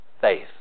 faith